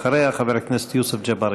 אחריה, חבר הכנסת יוסף ג'בארין.